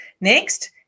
Next